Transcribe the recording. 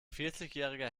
vierzigjähriger